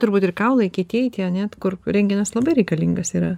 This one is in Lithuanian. turbūt ir kaulai kietieji tie ane kur rentgenas labai reikalingas yra